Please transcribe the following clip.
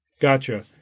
Gotcha